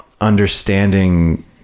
understanding